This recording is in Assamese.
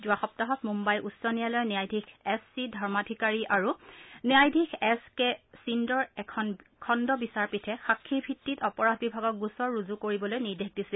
যোৱা সপ্তাহত মূঘাই উচ্চ ন্যায়ালয়ৰ ন্যায়াধীশ এছ চি ধৰ্মাধিকাৰী আৰু ন্যায়াধীশ এছ কে সিন্দৰ এখন খণু বিচাৰপীঠে সাক্ষীৰ ভিত্তিত অপৰাধ বিভাগক গোচৰ ৰুজু কৰিবলৈ নিৰ্দেশ দিছিল